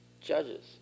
judges